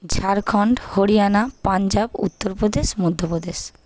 Jharkhand Haryana Punjab Uttar Pradesh Madhya Pradesh